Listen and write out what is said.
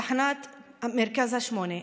תחנת מרכז השמונה,